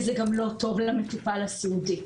וזה גם לא טוב למטופל הסיעודי.